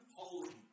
holy